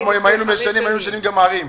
שלמה, אם היינו משנים אז היו משנים גם ערים.